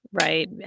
right